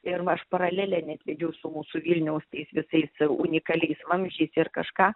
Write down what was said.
ir aš paralelę net vedžiau su mūsų vilniaus tais visais unikaliais vamzdžiais ir kažką